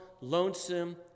lonesome